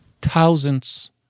Thousands